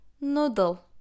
noodle